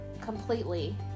completely